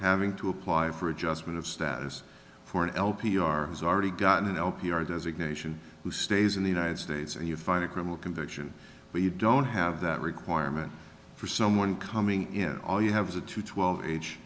having to apply for adjustment of status for an l p r has already gotten l p r designation who stays in the united states and you find a criminal conviction but you don't have that requirement for someone coming in all you have is a two twelve age